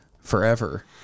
forever